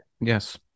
Yes